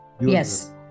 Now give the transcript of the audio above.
Yes